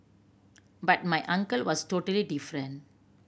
but my uncle was totally different